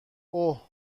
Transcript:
اوه